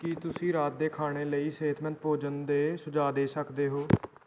ਕੀ ਤੁਸੀਂ ਰਾਤ ਦੇ ਖਾਣੇ ਲਈ ਸਿਹਤਮੰਦ ਭੋਜਨ ਦੇ ਸੁਝਾਅ ਦੇ ਸਕਦੇ ਹੋ